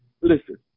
Listen